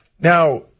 Now